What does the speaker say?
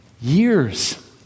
years